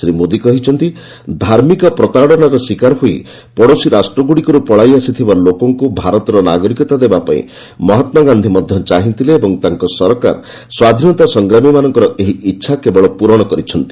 ଶ୍ରୀ ମୋଦୀ କହିଛନ୍ତି' ଧାର୍ମିକ ପ୍ରତାଡନାର ଶିକାର ହୋଇପଡୋଶୀ ରାଷ୍ଟ୍ରଗୁଡିକରୁ ପଳାଇ ଆସିଥିବା ଲୋକମାନଙ୍କୁ ଭାରତର ନାଗରିକତା ଦେବା ପାଇଁ ମହାତ୍କାଗାନ୍ଧୀ ମଧ୍ୟ ଚାହିଁଥିଲେ ଏବଂ ତାଙ୍କ ସରକାର ସ୍ୱାଧୀନତା ସଂଗ୍ରାମୀମାନଙ୍କର ଏହି ଇଚ୍ଛା କେବଳ ପୂରଣ କରିଛନ୍ତି